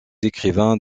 écrivains